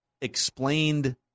explained